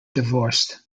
divorced